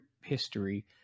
history